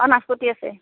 অ' নাচপতি আছে